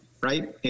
right